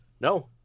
No